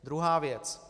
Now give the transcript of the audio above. Druhá věc.